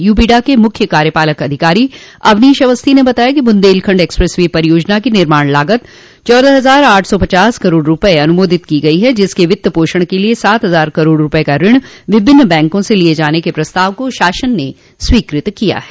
यूपीडा के मुख्य कार्यपालक अधिकारो अवनोश अवस्थी ने बुन्देलखंड एक्सप्रेस वे परियोजना की बताया कि निर्माण लागत चौदह हजार आठ सौ पचास करोड़ रूपये अनुमोदित की गई है जिसके वित्त पोषण के लिये सात हजार करोड़ रूपये का ऋण विभिन्न बैंकों से लिये जाने के प्रस्ताव को शासन ने स्वीकृत किया है